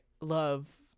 love